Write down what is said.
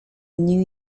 new